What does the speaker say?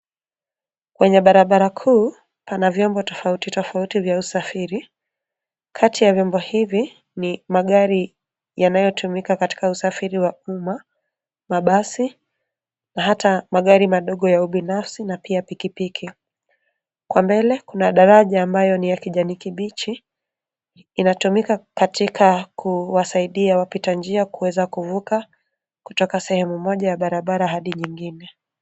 Kwenye barabara kuu, kuna vyombo tofauti tofauti vya usafiri kati ya vyombo hivi ni; magari yanayotumika katika usafiri wa uma, mabasi na hata magari madogo ya ubinafsi na pia pikipiki kwa mbele kuna daraja ambayo ni ya rangi ya kijani kibichi inatumika katika kuwasaidia wapita njia katika kuweza kuvuka kutoka sehemu moja ya barabara hadi nyingine